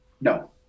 no